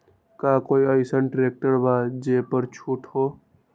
का कोइ अईसन ट्रैक्टर बा जे पर छूट हो?